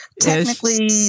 Technically